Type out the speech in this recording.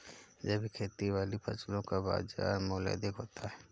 जैविक खेती वाली फसलों का बाज़ार मूल्य अधिक होता है